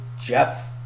Jeff